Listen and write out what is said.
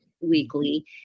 weekly